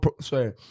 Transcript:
sorry